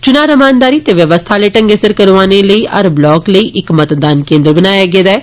च्ना रमानदारी ते व्यवस्था आले ढंगै सिर करोआने लेई हर ब्लाक लेई इक मतदान केन्द्र बनाया गेदा ऐ